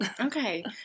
Okay